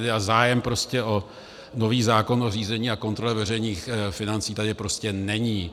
A zájem o nový zákon o řízení a kontrole veřejných financí tady prostě není.